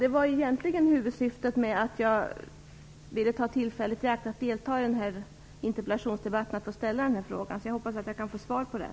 Det egentliga syftet med att delta i den här interpellationsdebatten var att jag ville ställa den frågan. Därför hoppas jag att jag får svar på den.